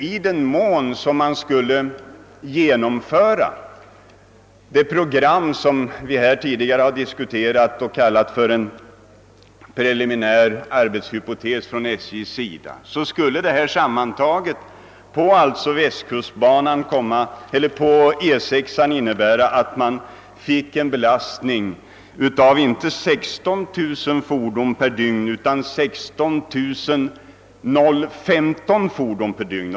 I den mån vi skulle genomföra det program för SJ som vi tidigare diskuterat och som SJ kallar för en preliminär arbetshypotes skulle detta för E 6 innebära en belastning, inte av 16 000 fordon per dygn utan av beräkningsvis 16 015 fordon per dygn.